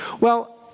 well,